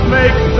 make